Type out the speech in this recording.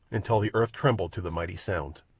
until the earth trembled to the mighty sound.